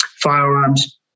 firearms